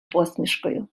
посмішкою